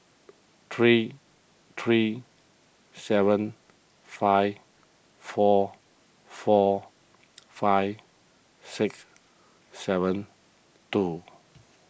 three three seven five four four five six seven two